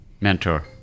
Mentor